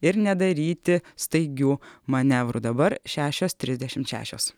ir nedaryti staigių manevrų dabar šešios trisdešimt šešios